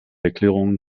erklärungen